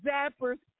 Zappers